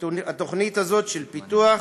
תוכנית פיתוח